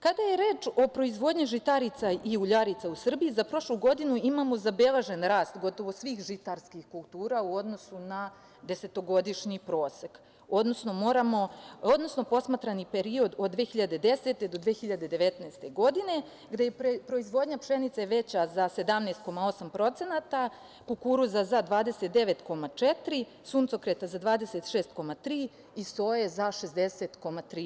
Kada je reč o proizvodnji žitarica i uljarica u Srbiji, za prošlu godinu imamo zabeležen rast gotovo svih žitarskih kultura u odnosu na desetogodišnji prosek, odnosno posmatrani period od 2010. do 2019. godine, gde je proizvodnja pšenice veća za 17,8%, kukuruza za 29,4%, suncokreta za 26,3% i soje za 60,3%